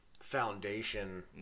foundation